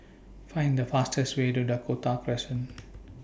Find The fastest Way to Dakota Crescent